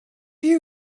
you